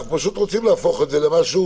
אנחנו רוצים להפוך את זה למשהו